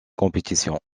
compétition